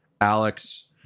Alex